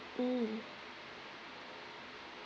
mm